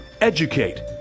educate